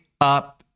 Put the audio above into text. up